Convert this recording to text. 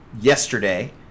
yesterday